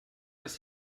dass